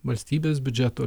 valstybės biudžeto